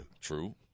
True